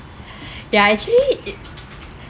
ya actually it